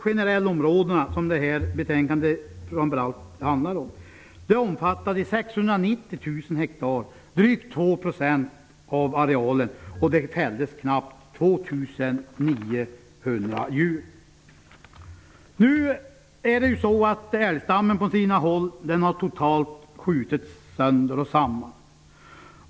Generellområdena, som betänkandet framför allt handlar om, omfattade Det är ju så att älgstammen på sina håll totalt har skjutits sönder och samman.